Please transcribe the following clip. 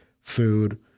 food